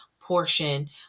portion